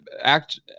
act